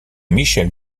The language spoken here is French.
michel